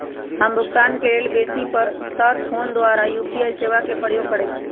हम भुगतान के लेल बेशी तर् फोन द्वारा यू.पी.आई सेवा के प्रयोग करैछि